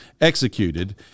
executed